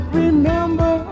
remember